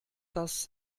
das